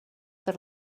per